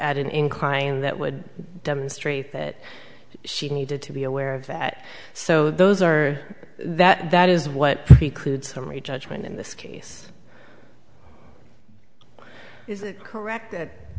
add an incline that would demonstrate that she needed to be aware of that so those are that is what clued summary judgment in this case is it correct